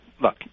Look